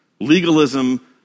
legalism